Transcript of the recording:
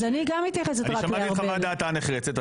אני שמעתי את חוות דעתה הנחרצת,